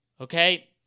Okay